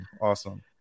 awesome